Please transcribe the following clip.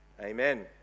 Amen